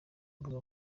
imbuga